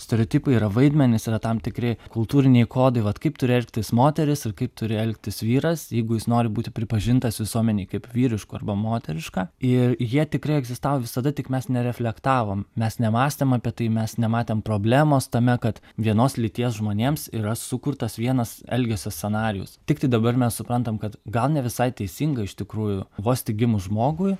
stereotipai yra vaidmenys yra tam tikri kultūriniai kodai vat kaip turi elgtis moteris ir kaip turi elgtis vyras jeigu jis nori būti pripažintas visuomenėje kaip vyrišku arba moteriška ir jie tikrai egzistavo visada tik mes nereflektavom mes nemąstėm apie tai mes nematėm problemos tame kad vienos lyties žmonėms yra sukurtas vienas elgesio scenarijus tiktai dabar mes suprantam kad gal ne visai teisinga iš tikrųjų vos tik gimus žmogui